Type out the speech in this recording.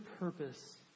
purpose